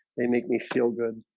they make me feel good